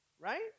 Right